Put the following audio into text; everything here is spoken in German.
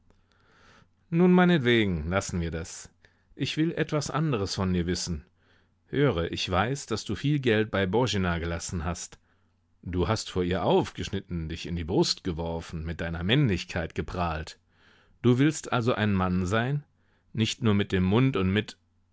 nun meinetwegen lassen wir das ich will etwas anderes von dir wissen höre ich weiß daß du viel geld bei boena gelassen hast du hast vor ihr aufgeschnitten dich in die brust geworfen mit deiner männlichkeit geprahlt du willst also ein mann sein nicht nur mit dem mund und mit